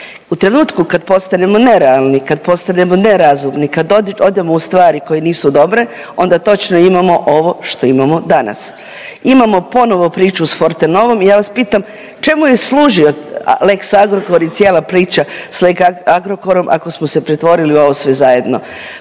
U trenutku kad postanemo nerealni, kad postanemo nerazumni, kad odemo u stvari koje nisu dobre onda točno imamo ovo što imamo danas, imamo ponovo priču s Fortenovom. Ja vas pitam čemu je služio lex Agrokor i cijela priča s lex Agrokorom ako smo se pretvorili u ovo sve zajedno?